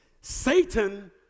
Satan